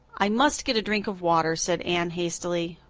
i must get a drink of water, said anne hastily.